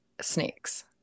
snakes